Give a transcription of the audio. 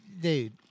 Dude